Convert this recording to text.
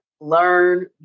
learn